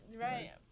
Right